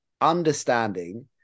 understanding